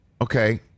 Okay